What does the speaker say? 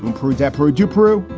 and peru desperate to peru.